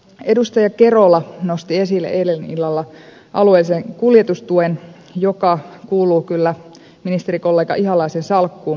edustaja kerola nosti esille eilen illalla alueellisen kuljetustuen joka kuuluu kylläkin ministerikollega ihalaisen salkkuun